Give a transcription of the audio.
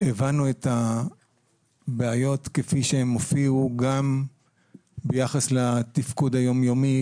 הבנו את הבעיות כפי שהן הופיעו גם ביחס לתפקוד היומיומי,